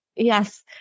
Yes